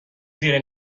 زیر